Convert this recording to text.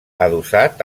adossat